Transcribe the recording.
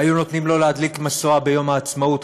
היו נותנים לו להדליק משואה ביום העצמאות,